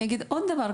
אגיד עוד דבר,